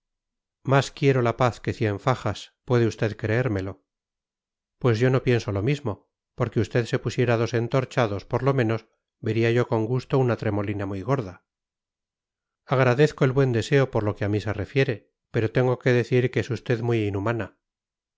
más quiero la paz que cien fajas puede usted creérmelo pues yo no pienso lo mismo porque usted se pusiera dos entorchados por lo menos vería yo con gusto una tremolina muy gorda agradezco el buen deseo por lo que a mí se refiere pero tengo que decir que es usted muy inhumana